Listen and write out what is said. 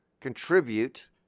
contribute